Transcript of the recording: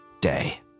day